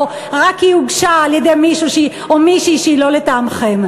רק כי היא הוגשה על-ידי מישהי שהיא לא לטעמכם.